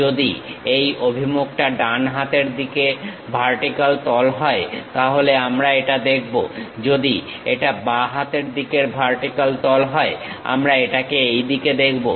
যদি এই অভিমুখটা ডান হাতের দিকের ভার্টিক্যাল তল হয় তাহলে আমরা এটা দেখব যদি এটা বাঁ হাতের দিকের ভার্টিক্যাল তল হয় আমরা এটাকে এই দিকে দেখব